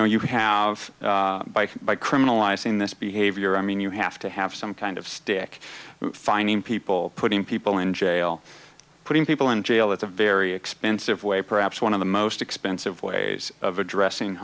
know you have by by criminalizing this behavior i mean you have to have some kind of stick finding people putting people in jail putting people in jail that's a very expensive way perhaps one of the most expensive ways of addressing